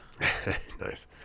Nice